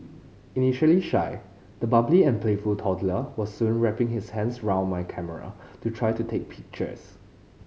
initially shy the bubbly and playful toddler was soon wrapping his hands round my camera to try to take pictures